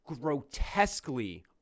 grotesquely